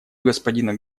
господина